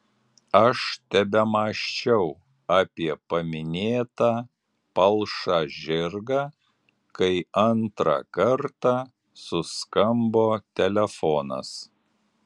aš tebemąsčiau apie paminėtą palšą žirgą kai antrą kartą suskambo telefonas